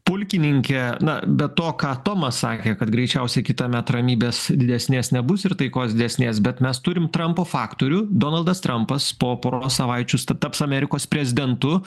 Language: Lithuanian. pulkininke na be to ką tomas sakė kad greičiausiai kitąmet ramybės didesnės nebus ir taikos didesnės bet mes turim trampo faktorių donaldas trampas po poros savaičių sta taps amerikos prezidentu